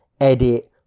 edit